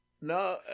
No